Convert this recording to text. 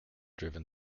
driven